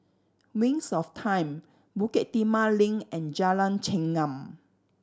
Wings of Time Bukit Timah Link and Jalan Chengam